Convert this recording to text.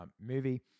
movie